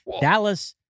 Dallas